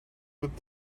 with